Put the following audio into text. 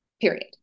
period